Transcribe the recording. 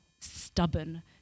stubborn